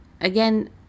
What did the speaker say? Again